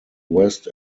west